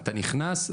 אתה נכנס.